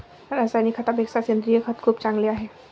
रासायनिक खतापेक्षा सेंद्रिय खत खूप चांगले आहे